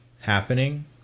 happening